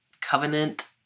covenant